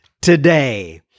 today